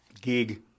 gig